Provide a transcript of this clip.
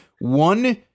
one